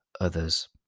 others